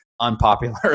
unpopular